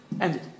Ended